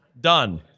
done